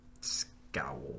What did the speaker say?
scowl